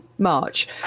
march